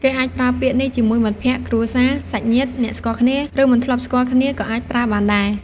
គេអាចប្រើពាក្យនេះជាមួយមិត្តភក្តិ គ្រួសារ សាច់ញាតិ អ្នកស្គាល់គ្នា ឬ មិនធ្លាប់ស្គាល់គ្នាក៏អាចប្រើបានដែរ។